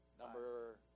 Number